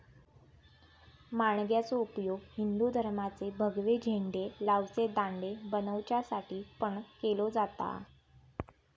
माणग्याचो उपयोग हिंदू धर्माचे भगवे झेंडे लावचे दांडे बनवच्यासाठी पण केलो जाता